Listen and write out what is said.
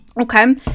Okay